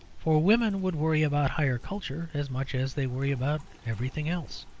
for women would worry about higher culture as much as they worry about everything else.